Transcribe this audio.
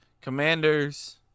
Commanders